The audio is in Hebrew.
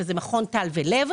שזה מכון טל ולב,